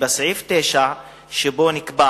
ובסעיף 9 שבו נקבע